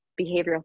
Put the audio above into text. behavioral